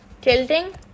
Tilting